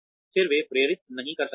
फिर वे प्रेरित नहीं कर सकते हैं